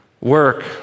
work